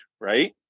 right